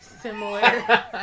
Similar